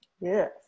Yes